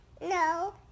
No